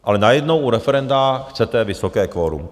Ale najednou u referenda chcete vysoké kvorum.